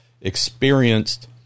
experienced